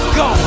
go